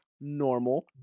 normal